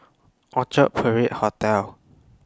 Orchard Parade Hotel